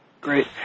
Great